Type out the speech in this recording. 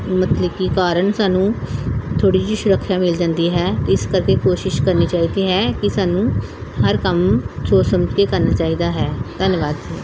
ਮਤਲਬ ਕਿ ਕਾਰਨ ਸਾਨੂੰ ਥੋੜ੍ਹੀ ਜਿਹੀ ਸੁਰੱਖਿਆ ਮਿਲ ਜਾਂਦੀ ਹੈ ਇਸ ਕਰਕੇ ਕੋਸ਼ਿਸ਼ ਕਰਨੀ ਚਾਹੀਦੀ ਹੈ ਕਿ ਸਾਨੂੰ ਹਰ ਕੰਮ ਸੋਚ ਸਮਝ ਕੇ ਕਰਨਾ ਚਾਹੀਦਾ ਹੈ ਧੰਨਵਾਦ ਜੀ